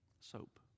Soap